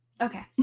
Okay